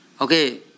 okay